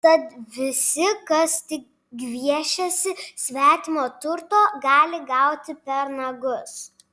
tad visi kas tik gviešiasi svetimo turto gali gauti per nagus